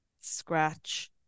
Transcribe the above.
Scratch